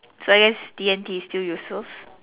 so I guess D and T is still useful